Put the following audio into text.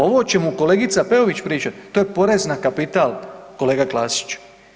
Ovo o čemu kolegica Peović priča, to je porez na kapital, kolega Klasić.